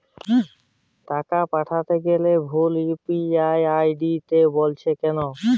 টাকা পাঠাতে গেলে ভুল ইউ.পি.আই আই.ডি বলছে কেনো?